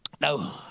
No